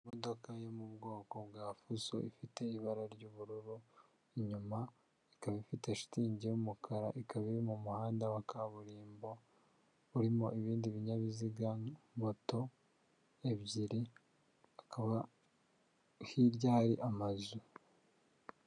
Imodoka yo mu bwoko bwa fuso ifite ibara ry'ubururu, inyuma ikaba ifite shitingi y'umukara, ikaba iri mu muhanda wa kaburimbo urimo ibindi binyabiziga, moto ebyiri, hakaba hirya hari amazu.